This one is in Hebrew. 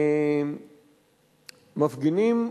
מפגינים,